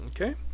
Okay